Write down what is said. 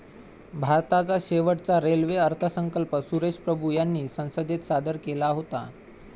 भारताचा शेवटचा रेल्वे अर्थसंकल्प सुरेश प्रभू यांनी संसदेत सादर केला होता